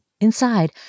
Inside